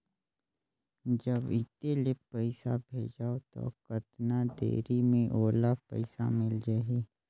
जब इत्ते ले पइसा भेजवं तो कतना देरी मे ओला पइसा मिल जाही?